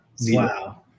Wow